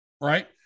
right